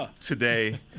today